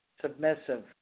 submissive